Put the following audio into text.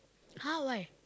!huh! why